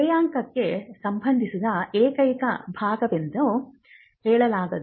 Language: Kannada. ಶ್ರೇಯಾಂಕಕ್ಕೆ ಸಂಬಂಧಿಸಿದ ಏಕೈಕ ಭಾಗವೆಂದು ಹೇಳಲಾಗದು